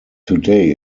today